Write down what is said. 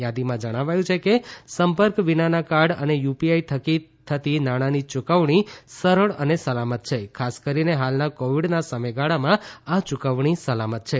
યાદીમાં જણાવ્યું છે કે સંપર્ક વિનાના કાર્ડ અને યુપીઆઈ થકી થતી નાણાંની યૂકવણી સરળ અને સલામત છે ખાસ કરીને ફાલના કોવિડના સમયગાળામાં આ યૂકવણી સલામત છે